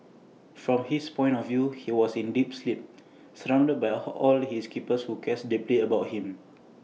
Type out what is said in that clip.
from his point of view he was in deep sleep surrounded by all his keepers who care deeply about him